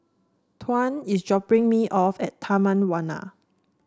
Tuan is dropping me off at Taman Warna